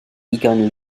ugain